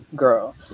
Girl